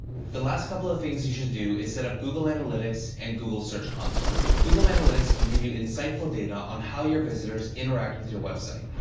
the last couple of things you should do is setup google analytics and google search console. google analytics can give you insightful data on how your visitors interact with your website.